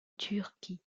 turquie